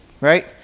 right